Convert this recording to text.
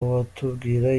watubwira